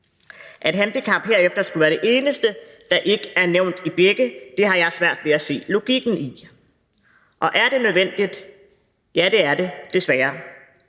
At handicap herefter skulle være det eneste, der ikke er nævnt i begge, har jeg svært ved at se logikken i. Og er det nødvendigt? Ja, det er det desværre.